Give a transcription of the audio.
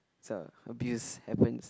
so abuse happens